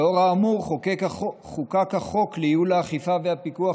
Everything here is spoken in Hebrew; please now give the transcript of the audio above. לאור האמור חוקק החוק לייעול האכיפה והפיקוח